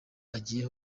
agiye